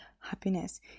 happiness